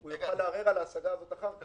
הוא יוכל לערער על ההשגה הזאת אחר כך.